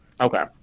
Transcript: okay